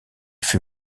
fut